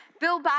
Bill